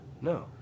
No